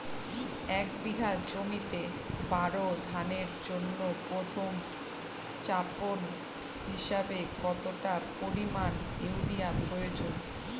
এক বিঘা জমিতে বোরো ধানের জন্য প্রথম চাপান হিসাবে কতটা পরিমাণ ইউরিয়া প্রয়োজন?